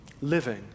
living